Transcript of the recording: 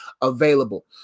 available